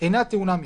אינה טעונה מכרז,